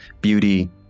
beauty